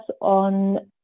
on